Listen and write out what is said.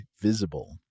Visible